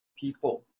people